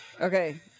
Okay